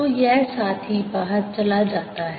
तो यह साथी बाहर चला जाता है